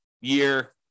year